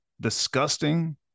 disgusting